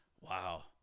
Wow